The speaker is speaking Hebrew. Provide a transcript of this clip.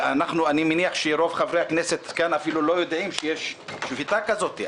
אני מניח שרוב חברי הכנסת כאן אפילו לא יודעים שיש שביתה כזאת.